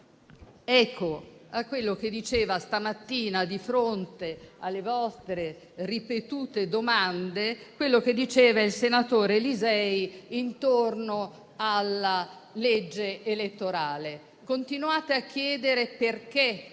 eco a quello che diceva stamattina, di fronte alle vostre ripetute domande, il senatore Lisei intorno alla legge elettorale. Continuate a chiedere perché non